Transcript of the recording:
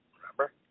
remember